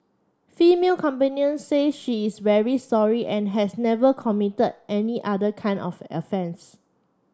female companion say she is very sorry and has never committed any other kind of offence